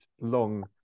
long